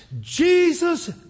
Jesus